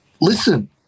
listen